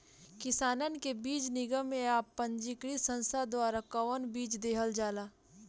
किसानन के बीज निगम या पंजीकृत संस्था द्वारा कवन बीज देहल जाला?